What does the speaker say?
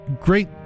great